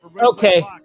Okay